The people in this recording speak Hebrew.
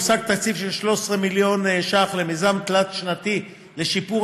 הושג תקציב של 13 מיליון ש"ח למיזם תלת-שנתי לשיפור